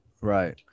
right